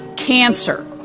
cancer